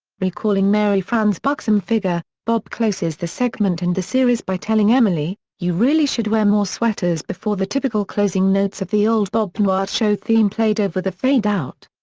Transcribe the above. recalling mary frann's buxom figure, bob closes the segment and the series by telling emily, you really should wear more sweaters before the typical closing notes of the old bob newhart show theme played over the fadeout.